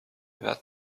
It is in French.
vingt